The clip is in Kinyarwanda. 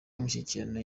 imishyikirano